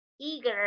eager